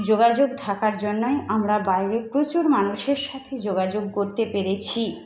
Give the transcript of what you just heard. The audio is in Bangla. যোগাযোগ থাকার জন্যই আমরা বাইরে প্রচুর মানুষের সাথে যোগাযোগ করতে পেরেছি